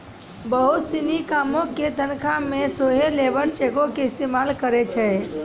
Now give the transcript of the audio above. बहुते सिनी कामो के तनखा मे सेहो लेबर चेको के इस्तेमाल करलो जाय छै